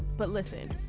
but listen.